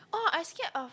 oh I scared of